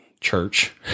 church